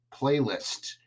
playlist